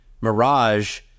Mirage